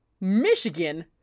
Michigan